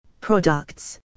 products